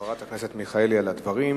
וחברת הכנסת מיכאלי על הדברים.